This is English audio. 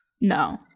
No